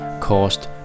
caused